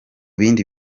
bindi